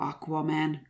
Aquaman